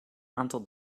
aantal